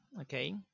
okay